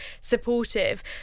supportive